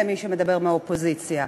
למי שמדבר מהאופוזיציה.